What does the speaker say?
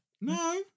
No